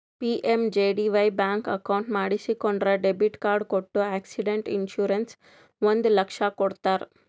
PMJDY bank account ಮಾಡಿಸಿಕೊಂಡ್ರ debit card ಕೊಟ್ಟು accident insurance ಒಂದ್ ಲಕ್ಷ ಕೊಡ್ತಾರ್